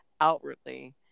outwardly